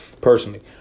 personally